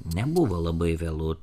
nebuvo labai vėlu